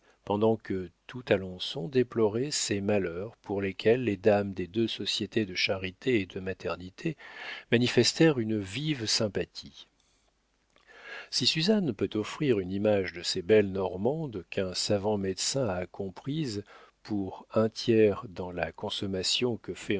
pendant que tout alençon déplorait ses malheurs pour lesquels les dames des deux sociétés de charité et de maternité manifestèrent une vive sympathie si suzanne peut offrir une image de ces belles normandes qu'un savant médecin a comprises pour un tiers dans la consommation que